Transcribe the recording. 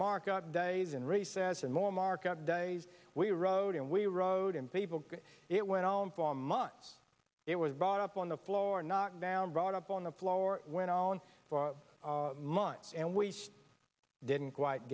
markup days and ray says and more market days we rode and we rode and people got it went on for months it was bought up on the floor knocked down brought up on the floor went on for months and we didn't quite